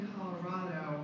Colorado